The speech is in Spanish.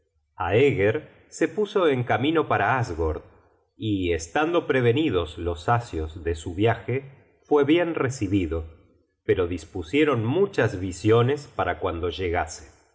se puso en camino para asgord y estando prevenidos los asios de su viaje fue bien recibido pero dispusieron muchas visiones para cuando llegase a